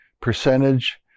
percentage